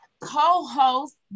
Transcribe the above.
co-host